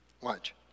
Watch